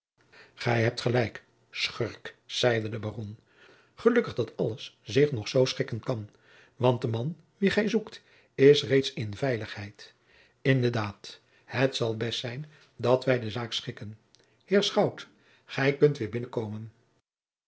gij hebt gelijk schurk zeide de baron gelukkig dat alles zich nog zoo schikken kan want de man wien gij zoekt is reeds in veiligheid in de daad het zal best zijn dat wij de zaak schikken heer schout gij kunt weêr binnenkomen